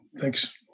Thanks